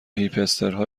هیپسترها